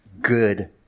good